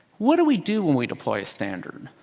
what do we do when we deploy a standard.